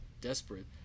desperate